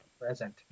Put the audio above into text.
present